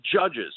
judges